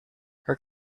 her